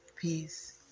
Peace